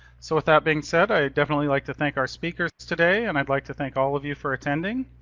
so with that being said, i definitely like to thank our speakers today and i'd like to thank all of you for attending.